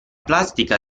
plastica